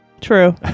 True